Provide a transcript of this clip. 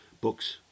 books